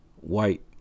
white